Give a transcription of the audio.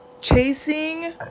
chasing